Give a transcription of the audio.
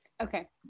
Okay